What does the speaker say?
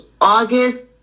august